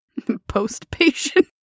postpatient